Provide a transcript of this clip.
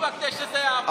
בה כדי שזה יעבוד.